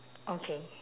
okay